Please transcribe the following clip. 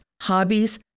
hobbies